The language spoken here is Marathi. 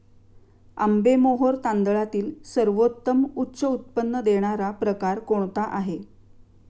आंबेमोहोर तांदळातील सर्वोत्तम उच्च उत्पन्न देणारा प्रकार कोणता आहे?